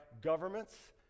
governments